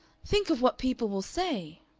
think of what people will say!